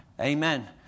amen